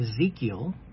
Ezekiel